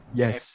yes